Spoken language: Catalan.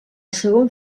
segon